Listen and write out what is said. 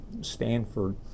Stanford